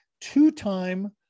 two-time